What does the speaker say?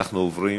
אנחנו עוברים